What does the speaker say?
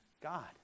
God